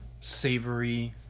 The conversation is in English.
Savory